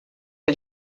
que